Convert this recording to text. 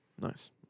Nice